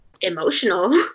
emotional